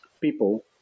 people